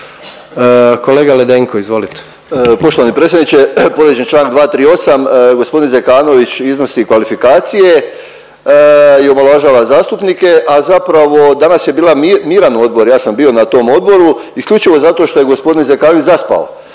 **Ledenko, Ivica (MOST)** Poštovani predsjedniče, povrijeđen je čl. 238., g. Zekanović iznosi kvalifikacije i omalovažava zastupnike, a zapravo danas je bila miran odbor, ja sam bio na tom odboru isključivo zato što je g. Zekanović zaspao,